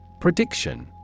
Prediction